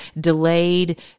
delayed